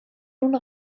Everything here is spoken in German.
nun